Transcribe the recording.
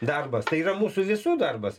darbas tai yra mūsų visų darbas